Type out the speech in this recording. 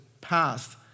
passed